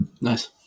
Nice